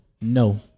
No